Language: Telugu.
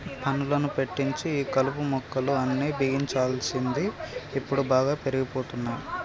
పనులను పెట్టించి ఈ కలుపు మొక్కలు అన్ని బిగించాల్సింది ఇప్పుడు బాగా పెరిగిపోతున్నాయి